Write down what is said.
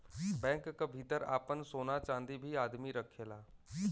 bank क भितर आपन सोना चांदी भी आदमी रखेला